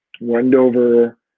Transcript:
Wendover